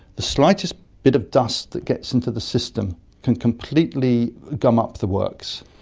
the slightest bit of dust that gets into the system can completely gum up the works.